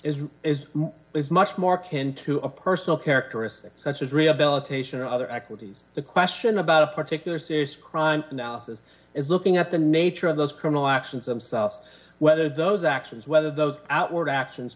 is is is much more kin to a personal characteristics such as rehabilitation or other equities the question about a particular serious crime now this is looking at the nature of those criminal actions themselves whether those actions whether those outward actions